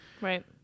Right